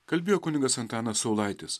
kalbėjo kunigas antanas saulaitis